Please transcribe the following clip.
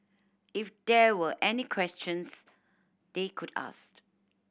if there were any questions they could ask